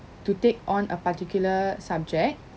to take on a particular subject